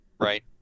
right